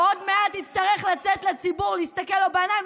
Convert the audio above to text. עוד מעט תצטרך לצאת לציבור ולהסתכל לו בעיניים.